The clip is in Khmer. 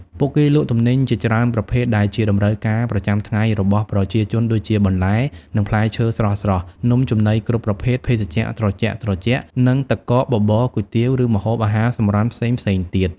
ពួកគេលក់ទំនិញជាច្រើនប្រភេទដែលជាតម្រូវការប្រចាំថ្ងៃរបស់ប្រជាជន ដូចជា បន្លែ និងផ្លែឈើស្រស់ៗ នំចំណីគ្រប់ប្រភេទ ភេសជ្ជៈត្រជាក់ៗ និងទឹកកក បបរ គុយទាវ ឬម្ហូបអាហារសម្រន់ផ្សេងៗទៀត